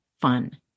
fun